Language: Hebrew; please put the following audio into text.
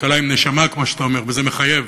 כלכלה עם נשמה, כמו שאתה אומר, וזה מחייב.